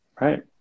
Right